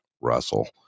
Russell